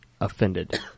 offended